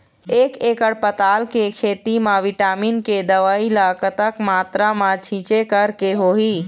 एक एकड़ पताल के खेत मा विटामिन के दवई ला कतक मात्रा मा छीचें करके होही?